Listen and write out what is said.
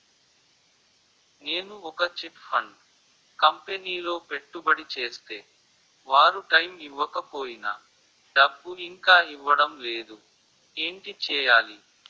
నేను ఒక chit fund కంపెనీలో పెట్టుబడి చేస్తే వారు టైమ్ ఇవ్వకపోయినా డబ్బు ఇంకా ఇవ్వడం లేదు ఏంటి చేయాలి?